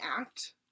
act